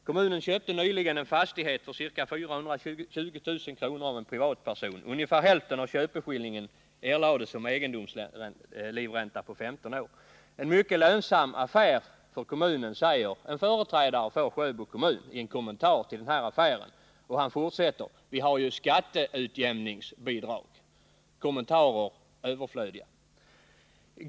Kommunen köpte nyligen en fastighet för ca 420 000 kr. av en privatperson. Ungefär hälften av köpeskillingen erlades som egendomslivränta på 15 år. En mycket lönsam affär för kommunen, säger en företrädare för Sjöbo kommun i en kommentar till affären. Han fortsätter: ”Vi har ju skatteutjämningsbidrag.” Kommentarer är överflödiga.